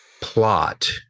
plot